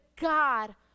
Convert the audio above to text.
God